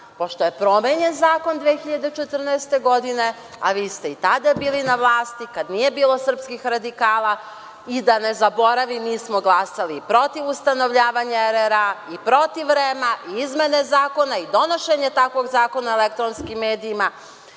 pošto je promenjen zakon 2014. godine, a vi ste i tada bili na vlasti, kada nije bilo srpskih radikala, i da ne zaboravim, mi smo glasali protiv ustanovljavanja RRA i protiv REM-a i izmene zakona i donošenje takvog Zakona o elektronskim medijima,